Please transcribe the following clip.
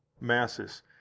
masses